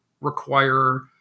require